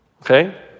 Okay